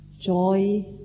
joy